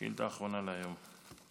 שאילתה אחרונה להיום.